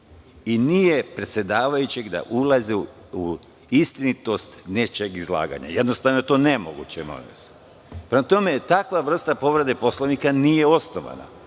na predsedavajućem da ulazi u istinitost nečijeg izlaganja. Jednostavno to je nemoguće, molim vas. Prema tome, takva vrsta povrede Poslovnika nije osnovana.